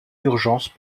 d’urgence